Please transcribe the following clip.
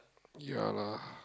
ya lah